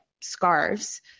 scarves